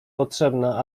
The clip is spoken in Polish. potrzebna